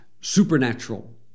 supernatural